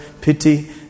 pity